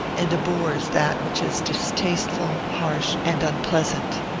and abhors that which is distasteful, harsh, and unpleasant.